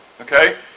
okay